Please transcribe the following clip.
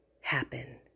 happen